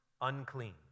unclean